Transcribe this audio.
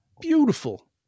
beautiful